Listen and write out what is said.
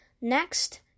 Next